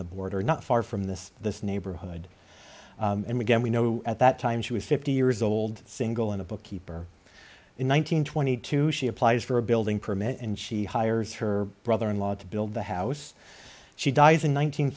the border not far from this this neighborhood and again we know at that time she was fifty years old single and a bookkeeper in one nine hundred twenty two she applies for a building permit and she hires her brother in law to build the house she dies in